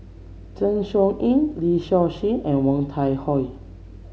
Zeng Shouyin Lee Seow Ser and Woon Tai Ho